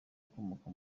ukomoka